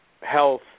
health